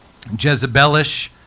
Jezebelish